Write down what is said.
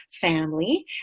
family